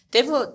Devo